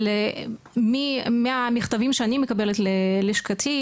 אבל מהמכתבים שאני מקבלת ללשכתי,